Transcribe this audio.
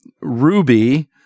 Ruby